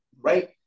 right